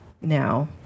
now